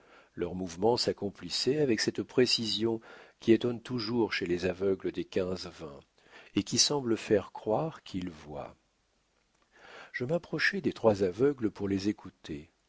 leurs mouvements s'accomplissaient avec cette précision qui étonne toujours chez les aveugles des quinze-vingts et qui semble faire croire qu'ils voient je m'approchai des trois aveugles pour les écouter